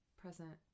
present